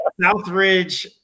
Southridge